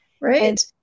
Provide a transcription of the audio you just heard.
Right